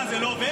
מה, זה לא עובר?